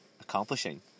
accomplishing